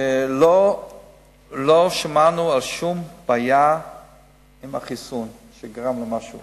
לא שמענו על שום בעיה עם החיסון שגרם למשהו